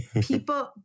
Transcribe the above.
people